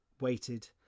waited